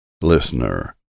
Listener